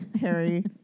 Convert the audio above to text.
Harry